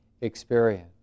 experience